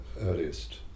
earliest